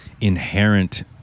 inherent